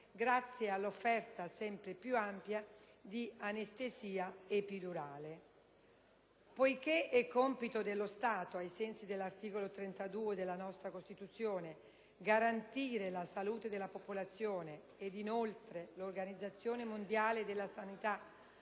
grazie all'offerta sempre più ampia di anestesia epidurale. Poiché è compito dello Stato, ai sensi dell'articolo 32 della nostra Costituzione, garantire la salute della popolazione e, inoltre, l'Organizzazione mondiale della sanità